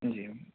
جی